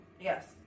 yes